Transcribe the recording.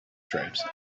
stripes